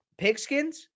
Pigskins